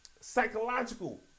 psychological